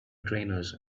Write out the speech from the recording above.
trainers